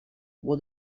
what